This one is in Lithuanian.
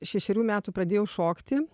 šešerių metų pradėjau šokti